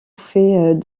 fais